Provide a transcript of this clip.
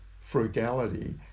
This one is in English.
frugality